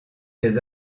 des